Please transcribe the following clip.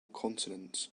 consonants